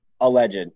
Alleged